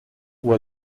were